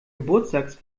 geburtstags